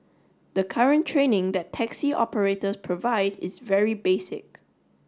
the current training that taxi operators provide is very basic